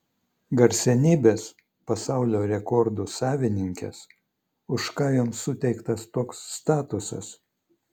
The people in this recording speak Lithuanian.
garsenybės pasaulio rekordų savininkės už ką joms suteiktas toks statusas